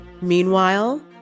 meanwhile